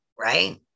right